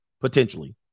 Potentially